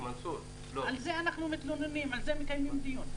על זה אנחנו מתלוננים, על זה מקיימים דיון.